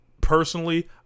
Personally